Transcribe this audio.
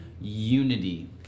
unity